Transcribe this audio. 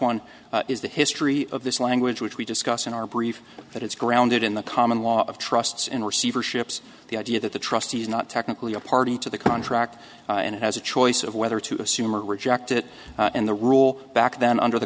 one is the history of this language which we discuss in our brief but it's grounded in the common law of trusts in receivership so the idea that the trustee is not technically a party to the contract and has a choice of whether to assume or reject it and the rule back then under the